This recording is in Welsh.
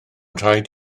nhraed